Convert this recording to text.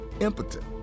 impotent